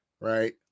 right